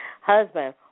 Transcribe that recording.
husband